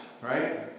right